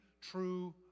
true